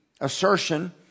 assertion